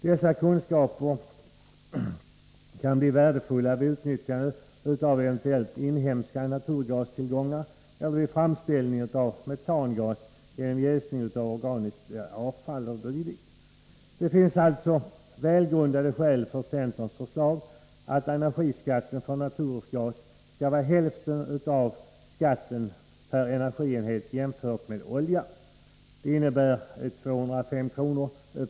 Dessa kunskaper kan bli värdefulla vid utnyttjande av eventuella inhemska naturgastillgångar eller vid framställning av metangas genom jäsning av organiskt avfall o. d. Det finns alltså välgrundade skäl för centerns förslag att energiskatten för naturgas skall vara hälften av skatten per energienhet jämfört med olja. Det innebär 205 kr.